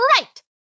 Right